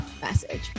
message